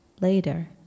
later